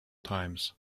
times